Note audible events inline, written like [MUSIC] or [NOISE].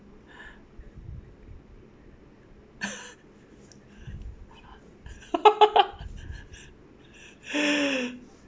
[LAUGHS]